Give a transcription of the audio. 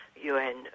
UN